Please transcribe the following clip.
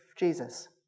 Jesus